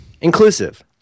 inclusive